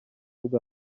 bwa